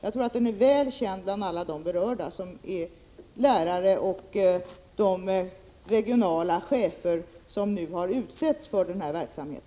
Jag tror att denna redovisning är väl känd bland alla berörda — lärare och regionala chefer som nu har utsetts för denna verksamhet.